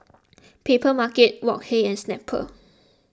Papermarket Wok Hey and Snapple